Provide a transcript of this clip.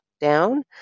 down